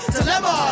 Deliver